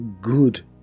good